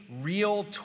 real